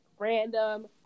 Random